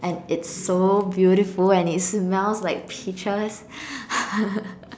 and it's so beautiful and it smells like peaches